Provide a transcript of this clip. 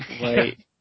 wait